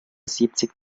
siebzig